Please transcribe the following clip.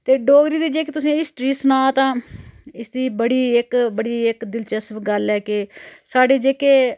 ते डोगरी दी जेह्की तुसें हिस्टरी सनां तां इसदी बड़ी इक बड़ी इक दिलचस्प गल्ल ऐ कि साढ़े जेह्के